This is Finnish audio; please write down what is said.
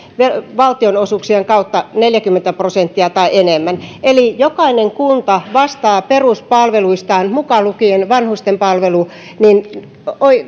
valtionosuuksien kautta neljäkymmentä prosenttia tai enemmän eli jokainen kunta vastaa peruspalveluistaan mukaan lukien vanhustenpalvelut